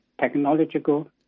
technological